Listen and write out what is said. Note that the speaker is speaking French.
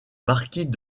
marquis